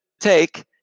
take